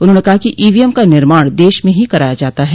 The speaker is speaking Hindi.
उन्होंने कहा कि ईवीएम का निर्माण देश में ही कराया जाता है